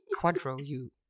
Quadro-U